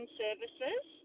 services